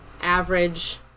average